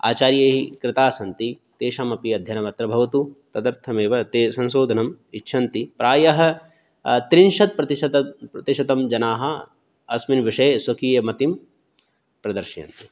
आचार्यैः कृताः सन्ति तेषामपि अध्ययनमत्र भवतु तदर्थमेव ते संशोधनम् इच्छन्ति प्रायः त्रिंशत् प्रतिशत प्रतिशतं जनाः अस्मिन् विषये स्वकीयमतिं प्रदर्शयन्ति